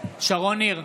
שרון ניר,